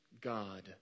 God